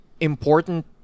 important